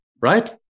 right